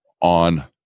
on